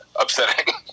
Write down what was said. upsetting